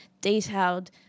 detailed